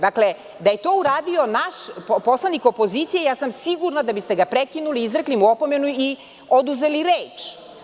Da je to uradio naš poslanik opozicije ja sam sigurna da biste ga prekinuli izrekli mu opomenu i oduzeli reč.